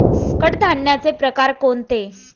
कडधान्याचे प्रकार कोणते?